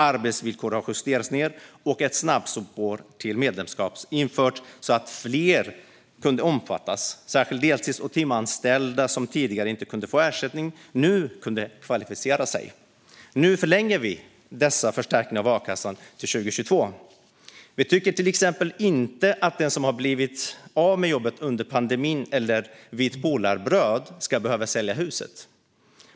Arbetsvillkoret har justerats ned och ett snabbspår till medlemskap införts så att fler omfattas, särskilt deltids och timanställda som tidigare inte kunnat få ersättning men som nu kan kvalificera sig. Nu förlänger vi dessa förstärkningar av a-kassan till 2022. Vi tycker till exempel inte att den som har blivit av med jobbet under pandemin eller vid Polarbröd ska behöva sälja huset.